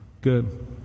good